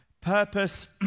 Purpose